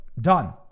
done